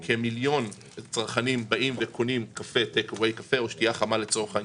כמיליון צרכנים קונים כוס שתייה חמה ביום בכוס טייק-אווי,